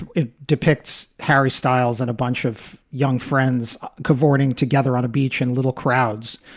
it depicts harry styles and a bunch of young friends cavorting together on a beach and little crowds,